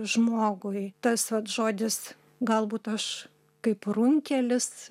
žmogui tas vat žodis galbūt aš kaip runkelis